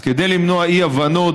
אז כדי למנוע אי-הבנות,